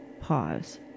pause